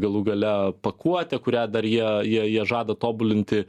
galų gale pakuotę kurią dar jie jie jie žada tobulinti